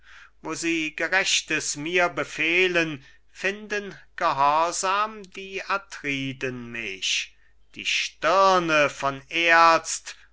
wo sie gerechtes mir befehlen finden gehorsam die atriden mich die stirne von